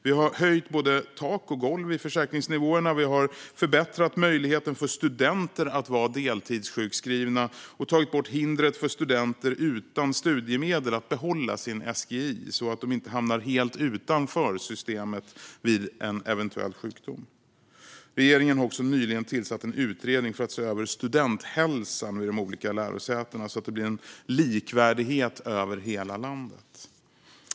Vi har höjt både tak och golv i försäkringsnivåerna, och vi har förbättrat möjligheten för studenter att vara deltidssjukskrivna samt tagit bort hindret för studenter utan studiemedel att behålla sin SGI så att de inte hamnar helt utanför systemet vid en eventuell sjukdom. Regeringen har också nyligen tillsatt en utredning för att se över studenthälsan vid de olika lärosätena, så att det blir likvärdighet över hela landet.